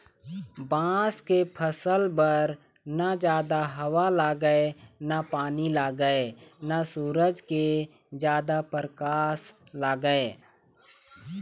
बांस के फसल बर न जादा हवा लागय न पानी लागय न सूरज के जादा परकास लागय